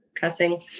cussing